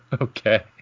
Okay